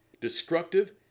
destructive